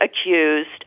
accused